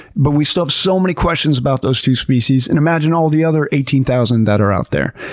but we still have so many questions about those two species and imagine all the other eighteen thousand that are out there.